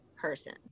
person